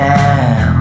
now